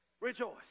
Rejoice